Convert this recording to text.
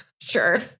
Sure